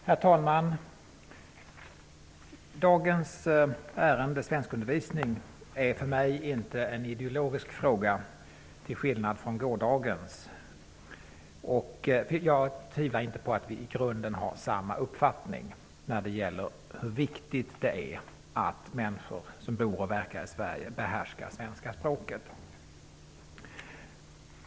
Herr talman! Dagens ärende, svenskundervisning, är till skillnad från gårdagens inte för mig en ideologisk fråga. Jag tvivlar inte på att vi i grunden har samma uppfattning när det gäller hur viktigt det är att människor som bor och verkar i Sverige behärskar svenska språket.